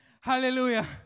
Hallelujah